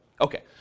Okay